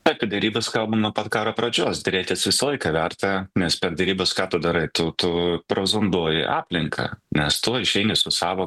apie derybas kalba nuo pat karo pradžios derėtis visą laiką verta nes per derybas ką tu darai tu tu prazonduoji aplinką nes tu išeini su savo